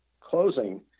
closing